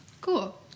Cool